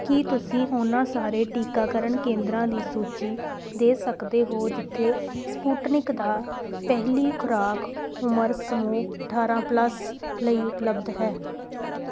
ਕੀ ਤੁਸੀਂ ਉਹਨਾਂ ਸਾਰੇ ਟੀਕਾਕਰਨ ਕੇਂਦਰਾਂ ਦੀ ਸੂਚੀ ਦੇ ਸਕਦੇ ਹੋ ਜਿੱਥੇ ਸਪੁਟਨਿਕ ਦਾ ਪਹਿਲੀ ਖੁਰਾਕ ਉਮਰ ਸਮੂਹ ਅਠਾਰਾਂ ਪਲੱਸ ਲਈ ਉਪਲਬਧ ਹੈ